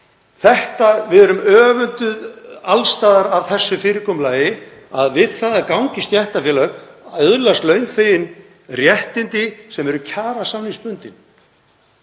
Við erum öfunduð alls staðar af þessu fyrirkomulagi, að við það að ganga í stéttarfélag öðlist launþeginn réttindi sem eru kjarasamningsbundin.